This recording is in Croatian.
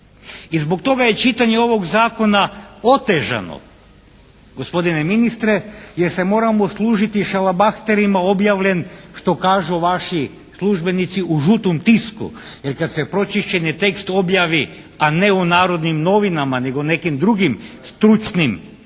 I zbog toga je čitanje ovog zakona otežano gospodine ministre jer se moramo služiti šalabahterima, objavljen što kažu vaši službenici u žutom tisku, jer kad se pročišćeni tekst objavi, a ne u "Narodnim novinama" nego u nekim u drugim stručnim